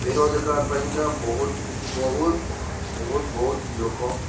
ବେରୋଜଗାର ପାଇଁକା ବହୁତ ବହୁତ ବହୁତ ବହୁତ ଲୋକ